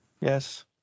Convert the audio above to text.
Yes